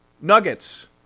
Nuggets